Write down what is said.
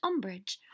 Umbridge